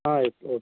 ಆಯ್ತು ಓಕೆ